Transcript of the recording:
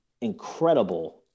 incredible